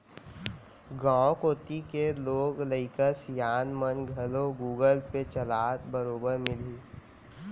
गॉंव कोती के लोग लइका सियान मन घलौ गुगल पे चलात बरोबर मिलहीं